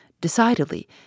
Decidedly